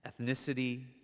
Ethnicity